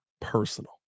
personal